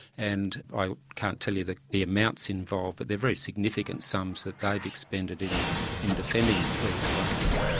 and i can't tell you the the amounts involved but they're very significant sums that they've expended in in defending these claims.